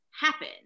happen